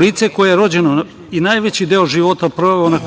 lice koje rođeno i najveći deo života proveo na